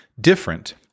different